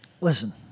Listen